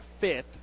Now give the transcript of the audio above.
fifth